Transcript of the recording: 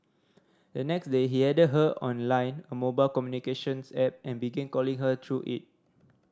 the next day he added her on Line a mobile communications app and began calling her through it